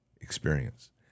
experience